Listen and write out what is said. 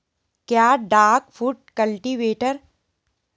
क्या duck foot cultivator agri बाज़ार में उपलब्ध है?